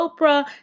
Oprah